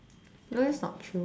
that's not true